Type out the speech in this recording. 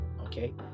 Okay